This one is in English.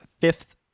fifth